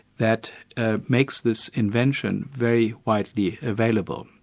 that ah makes this invention very widely available.